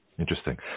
Interesting